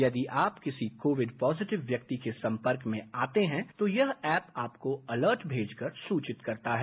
यदि आप किसी कोविड पॉजिटिव व्यक्ति के सम्पर्क में आते है तो यह ऐप आपको अलर्ट भेजकर सूचित करता है